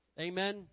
Amen